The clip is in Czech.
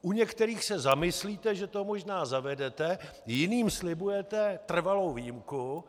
U některých se zamyslíte, že to možná zavedete, jiným slibujete trvalou výjimku.